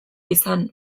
izan